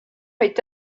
est